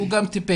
הוא גם טיפש.